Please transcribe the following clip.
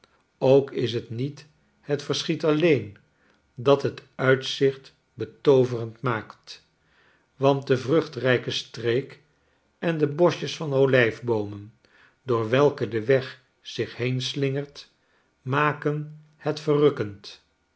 ook is het niet het verschiet alleen dat het uitzicht betooverend maakt want de vruchtrijke streek en de boschjes van olijfboomen door welke de weg zich heenslingert maken het verrukkend